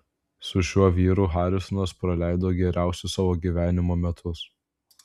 su šiuo vyru harisonas praleido geriausius savo gyvenimo metus